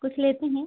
कुछ लेते हैं